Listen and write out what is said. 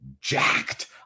jacked